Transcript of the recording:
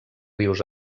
rius